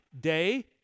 day